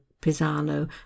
Pisano